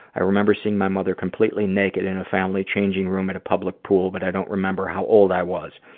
i remember seeing my mother completely naked in a family changing room at a public pool, but i don't remember how old i was.